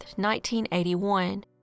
1981